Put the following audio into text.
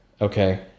Okay